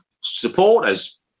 supporters